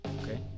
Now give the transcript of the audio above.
okay